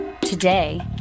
Today